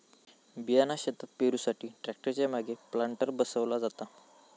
बियाणा शेतात पेरुसाठी ट्रॅक्टर च्या मागे प्लांटर बसवला जाता